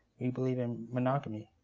we believe in monogamy.